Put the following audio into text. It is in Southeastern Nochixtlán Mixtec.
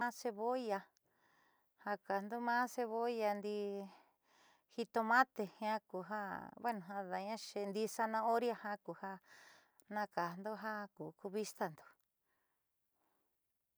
Cebolla ja ka'ando maa cebolla ndii jitomate jiaa ku ja bueno ada'aña xeedii zanahoria jiaa ku ja kajado ja ku ku vistando.